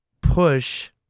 push